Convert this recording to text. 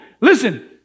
Listen